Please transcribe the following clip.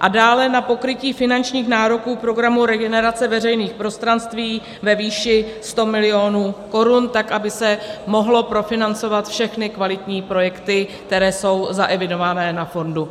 a dále na pokrytí finančních nároků programu Regenerace veřejných prostranství ve výši 100 milionů korun, tak aby se mohly profinancovat všechny kvalitní projekty, které jsou zaevidované na fondu.